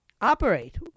operate